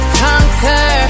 conquer